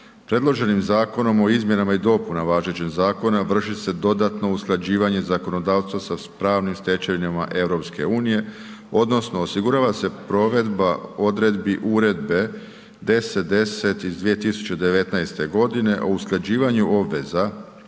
Predloženim zakonom o izmjenama i dopunama važećeg zakona vrši se dodatno usklađivanje zakonodavca sa pravnim stečevinama EU odnosno osigurava se provedba odredbi uredbe 1010 iz 2019.g., a o usklađivanju obveza